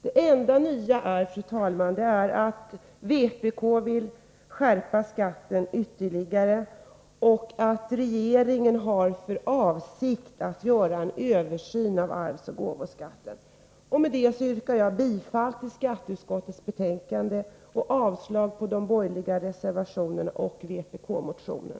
Det enda nya, fru talman, är att vpk vill skärpa skatten ytterligare och att regeringen har för avsikt att göra en översyn av arvsoch gåvobeskattningen. Med detta yrkar jag bifall till skatteutskottets hemställan och avslag på de borgerliga reservationerna och vpk-motionen.